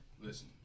listen